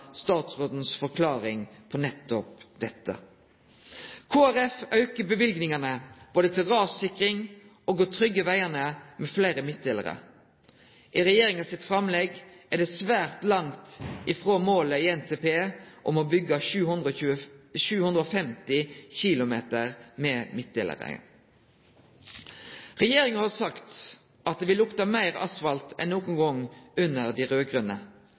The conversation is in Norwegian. statsrådens forklaring på nettopp dette. Kristeleg Folkeparti aukar løyvingane både til rassikring og for å tryggje vegane med fleire midtdelarar. I regjeringa sitt framlegg er det svært langt frå målet i NTP om å byggje 750 km med midtdelarar. Regjeringa har sagt at det vil lukte meir asfalt enn nokon gong under dei